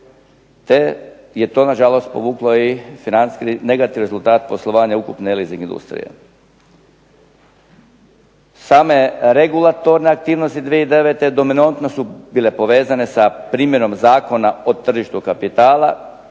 te je to na žalost povuklo i financijski negativni rezultat poslovanja ukupne leasing industrije. Same regulatorne aktivnosti 2009. dominontno su bile povezane sa primjerom Zakona o tržištu kapitala,